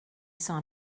saw